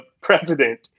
president